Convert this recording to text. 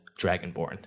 Dragonborn